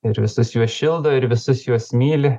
ir visus juos šildo ir visus juos myli